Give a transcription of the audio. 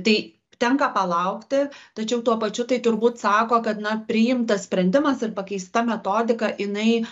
tai tenka palaukti tačiau tuo pačiu tai turbūt sako kad na priimtas sprendimas ir pakeista metodika inai